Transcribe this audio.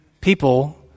people